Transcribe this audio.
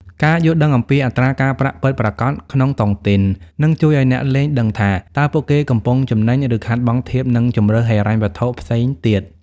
ការយល់ដឹងអំពី "អត្រាការប្រាក់ពិតប្រាកដ" ក្នុងតុងទីន នឹងជួយឱ្យអ្នកលេងដឹងថា តើពួកគេកំពុងចំណេញ ឬខាតបង់ធៀបនឹងជម្រើសហិរញ្ញវត្ថុផ្សេងទៀត។